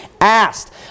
asked